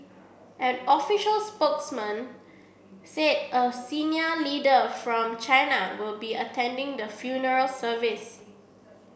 an official spokesman said a senior leader from China will be attending the funeral service